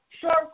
Sure